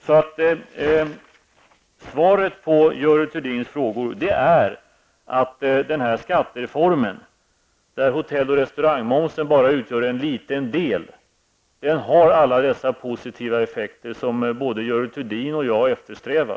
Svaret på Görel Thurdins frågor är att skattereformen, där hotell och restaurangmomsen bara utgör en liten del, har alla dessa positiva effekter som både Görel Thurdin och jag eftersträvar.